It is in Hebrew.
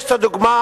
יש הדוגמה